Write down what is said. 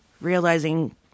realizing